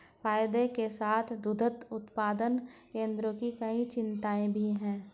फायदे के साथ साथ दुग्ध उत्पादन केंद्रों की कई चिंताएं भी हैं